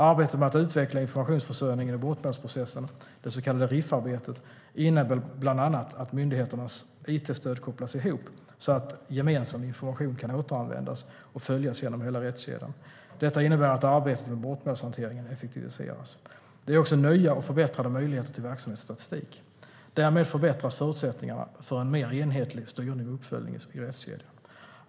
Arbetet med att utveckla informationsförsörjningen i brottmålsprocessen, det så kallade RIF-arbetet, innebär bland annat att myndigheternas it-stöd kopplas ihop så att gemensam information kan återanvändas och följas genom hela rättskedjan. Detta innebär att arbetet med brottmålshanteringen effektiviseras. Det ger också nya och förbättrade möjligheter till verksamhetsstatistik. Därmed förbättras förutsättningarna för en mer enhetlig styrning och uppföljning i rättskedjan.